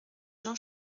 jean